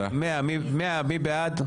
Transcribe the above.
הצבעה בעד,